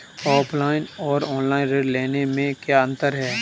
Offline और online ऋण लेने में क्या अंतर है?